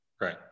right